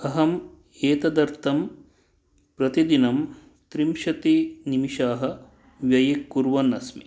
अहम् एतदर्थं प्रतिदिनं त्रिंशत्निमेषाः व्ययीकुर्वन् अस्मि